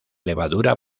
levadura